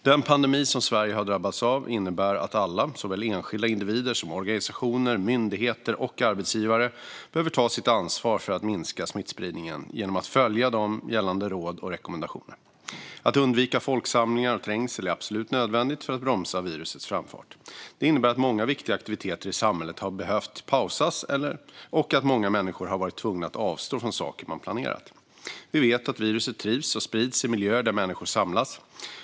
Den pandemi som Sverige har drabbats av innebär att alla, såväl enskilda individer som organisationer, myndigheter och arbetsgivare, behöver ta sitt ansvar för att minska smittspridningen genom att följa gällande råd och rekommendationer. Att undvika folksamlingar och trängsel är absolut nödvändigt för att bromsa virusets framfart. Det innebär att många viktiga aktiviteter i samhället har behövt pausas och att många människor har varit tvungna att avstå från saker man planerat. Vi vet att viruset trivs och sprids i miljöer där människor samlas.